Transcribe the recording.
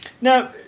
now